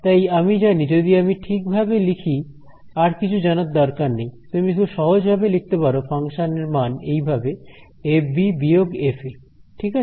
তাই আমি জানি যদি আমি ঠিকভাবে লিখি আর কিছু জানার দরকার নেই তুমি খুব সহজ ভাবে লিখতে পারো ফাংশনের মান এইভাবে এফবি বিয়োগ এফএ ঠিক আছে